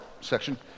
section